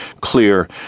clear